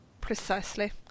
Precisely